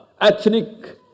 Ethnic